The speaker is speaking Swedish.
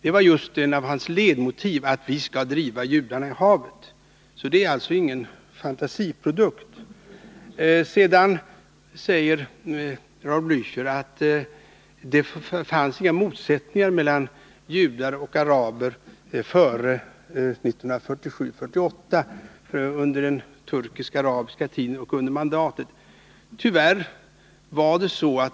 Ett av hans ledmotiv var just att ”vi skall driva judarna i havet”. Det är alltså ingen fantasiprodukt. Sedan säger Raul Blächer att det inte fanns några motsättningar mellan judar och araber före 1947-1948, under den turkisk-arabiska tiden och under mandatet.